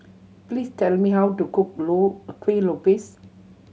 please tell me how to cook Kueh Lopes